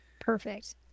Perfect